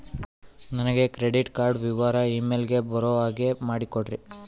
ನನಗೆ credit card ವಿವರ email ಗೆ ಬರೋ ಹಾಗೆ ಮಾಡಿಕೊಡ್ರಿ?